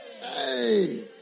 Hey